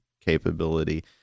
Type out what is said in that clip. capability